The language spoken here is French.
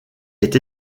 est